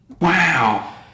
Wow